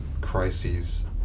crises